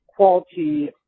Quality